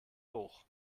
hoch